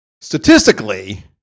Statistically